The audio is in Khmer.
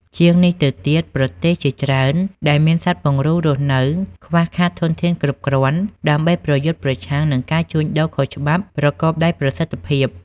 ជាងនេះទៅទៀត ប្រទេសជាច្រើនដែលមានសត្វពង្រូលរស់នៅ ខ្វះខាតធនធានគ្រប់គ្រាន់ ដើម្បីប្រយុទ្ធប្រឆាំងនឹងការជួញដូរខុសច្បាប់ប្រកបដោយប្រសិទ្ធភាព។